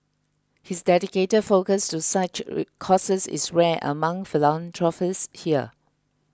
his dedicated focus to such causes is rare among philanthropists here